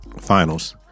Finals